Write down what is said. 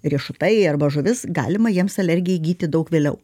riešutai arba žuvis galima jiems alergiją įgyti daug vėliau